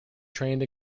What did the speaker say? trained